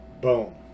boom